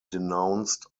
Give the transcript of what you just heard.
denounced